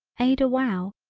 aider whow,